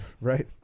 Right